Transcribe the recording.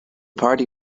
party